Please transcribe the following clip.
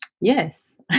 Yes